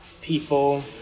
people